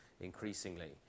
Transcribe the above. increasingly